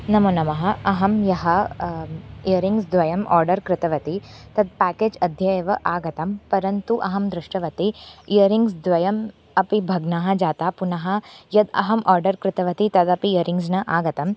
नमोनमः अहं ह्यः इयरिङ्ग्स् द्वयम् आर्डर् कृतवती तत् प्याकेज् अद्यैव आगतं परन्तु अहं दृष्टवती इयरिङ्ग्स् द्वयम् अपि भग्ना जाता पुनः यद् अहम् आर्डर् कृतवती तदपि इयरिङ्ग्स् न आगतम्